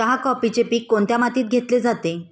चहा, कॉफीचे पीक कोणत्या मातीत घेतले जाते?